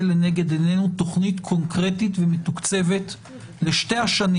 לנגד עינינו תוכנית קונקרטית ומתוקצבת לשתי השנים